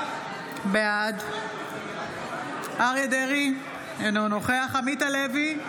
בעד אריה מכלוף דרעי, אינו נוכח עמית הלוי,